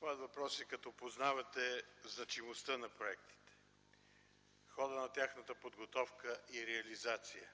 Моят въпрос е: като познавате значимостта на проектите, хода на тяхната подготовка и реализация,